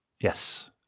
Yes